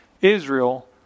Israel